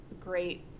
great